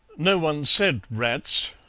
no one said rats,